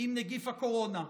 עם נגיף הקורונה: